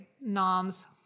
Noms